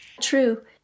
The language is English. True